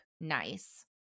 nice